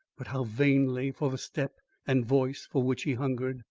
but how vainly, for the step and voice for which he hungered,